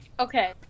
Okay